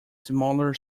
smaller